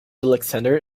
alexander